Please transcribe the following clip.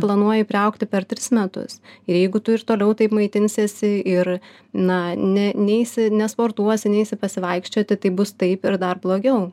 planuoji priaugti per tris metus ir jeigu tu ir toliau taip maitinsiesi ir na ne neisi nesportuosi neisi pasivaikščioti tai bus taip ir dar blogiau